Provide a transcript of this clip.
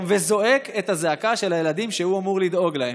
וזועק את הזעקה של הילדים שהוא אמור לדאוג להם?